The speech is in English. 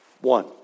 one